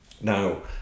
Now